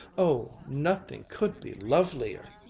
oh, nothing could be lovelier!